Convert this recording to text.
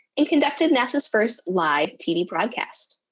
and conducted nasa's first live tv broadcast.